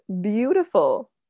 beautiful